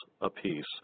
apiece